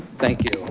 thank you,